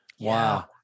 Wow